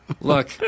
look